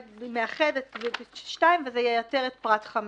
- לאחד את 2, וזה ייתר את פרט 5